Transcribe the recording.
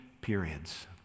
periods